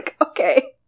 okay